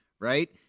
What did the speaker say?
right